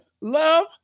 Love